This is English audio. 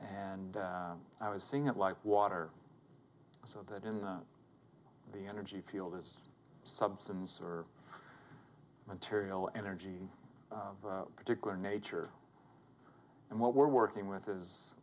and i was seeing it like water so that in the energy field is substance or material energy particular nature and what we're working with is